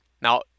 Now